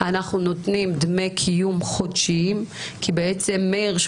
אנחנו נותנים דמי קיום חודשיים כי בעצם מאיר,